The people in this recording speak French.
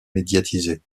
médiatisée